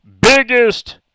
Biggest